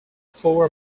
four